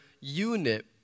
unit